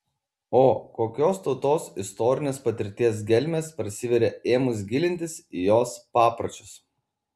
o kokios tautos istorinės patirties gelmės prasiveria ėmus gilintis į jos papročius